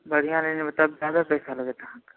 बढ़िऑं लेबै तऽ जादा पैसा लागत